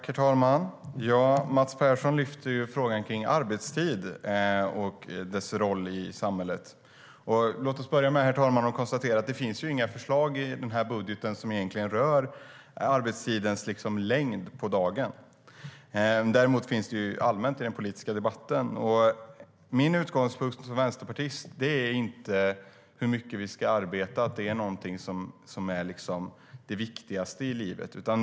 Herr talman! Mats Persson lyfter fram frågan om arbetstid och dess roll i samhället. Låt oss börja med att konstatera att det inte finns några förslag i budgeten som egentligen rör arbetstidens längd på dagen. Däremot finns det allmänt i den politiska debatten. Min utgångspunkt som vänsterpartist är inte att hur mycket vi ska arbeta är någonting som är det viktigaste i livet.